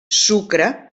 sucre